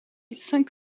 cinq